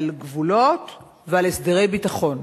על גבולות ועל הסדרי ביטחון,